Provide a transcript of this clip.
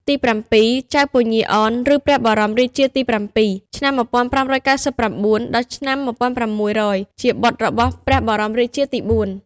ទីប្រាំពីរ ចៅពញាអន ឬព្រះបរមរាជាទី៧ (ឆ្នាំ ១៥៩៩-១៦០០) ជាបុត្ររបស់បរមរាជាទី៤។